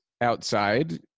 outside